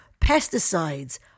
pesticides